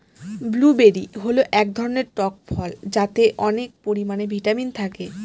blueberry হল এক ধরনের টক ফল যাতে অনেক পরিমানে ভিটামিন থাকে